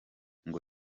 ngo